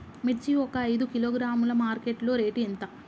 మిర్చి ఒక ఐదు కిలోగ్రాముల మార్కెట్ లో రేటు ఎంత?